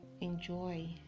enjoy